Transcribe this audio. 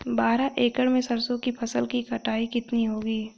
बारह एकड़ में सरसों की फसल की कटाई कितनी होगी?